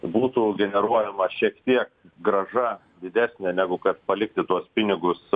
būtų generuojama šiek tiek grąža didesnė negu kad palikti tuos pinigus